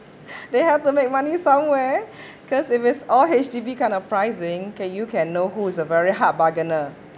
they have to make money somewhere cause if it's all H_D_B kind of pricing can you can know who is a very hard bargainer